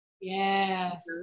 Yes